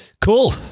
cool